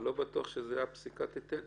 אבל לא בטוח שהפסיקה תאשר.